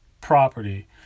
property